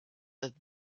and